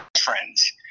friends